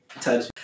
touch